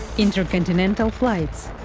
intercontinental flights